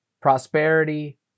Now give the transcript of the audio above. prosperity